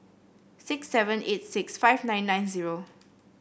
six seven eight six five nine nine zero